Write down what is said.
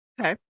okay